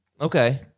okay